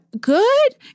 good